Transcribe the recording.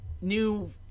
new